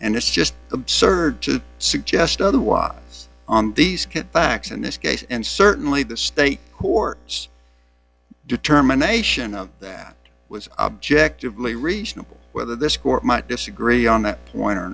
and it's just absurd to suggest otherwise on these kids backs in this case and certainly the state or determination of that was objectively reasonable whether this court might disagree on that point or